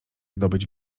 zdobyć